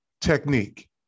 technique